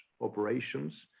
operations